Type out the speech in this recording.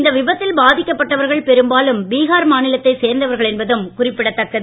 இந்த விபத்தில் பாதிக்கப் பட்டவர்கள் பெரும்பாலும் பீஹார் மாநிலத்தைச் சேர்ந்தவர்கள் என்பதும் குறிப்பிடத் தக்கது